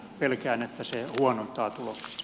pelkään että se huonontaa tuloksia